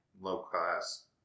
low-class